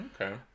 Okay